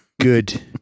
Good